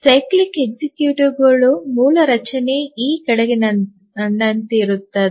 cyclic ಎಕ್ಸಿಕ್ಯೂಟಿವ್ನ ಮೂಲ ರಚನೆ ಈ ಕೆಳಗಿನಂತಿರುತ್ತದೆ